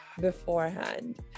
beforehand